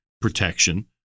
protection